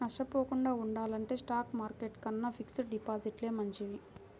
నష్టపోకుండా ఉండాలంటే stock market కన్నా ఫిక్స్డ్ డిపాజిట్లే మంచివి